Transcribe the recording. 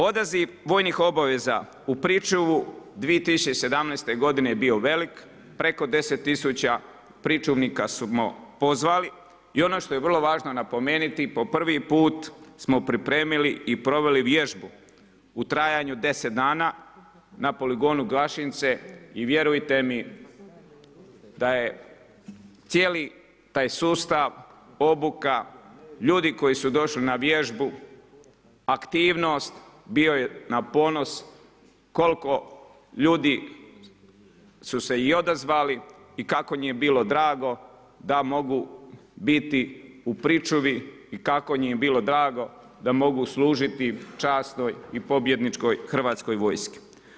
Odaziv vojnih obaveza u pričuvu 2017. godine bio velik, preko 10 000 pričuvnika smo pozvali i ono što je vrlo važno napomenuti, po prvi put smo pripremili i proveli vježbu u trajanju 10 dana na poligonu Gašinci i vjerujte mi da je cijeli taj sustav, obuka, ljudi koji su došli na vježbu aktivnost, bio je na ponos koliko ljudi su se odazvali i kako mi je bilo drago, da mogu biti u pričuvi i kako mi je bilo drago da mogu služiti časnoj i pobjedničkoj Hrvatskoj vojsci.